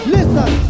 Listen